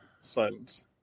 Silence